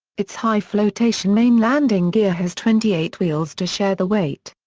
its high flotation main landing gear has twenty eight wheels to share the weight.